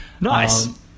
Nice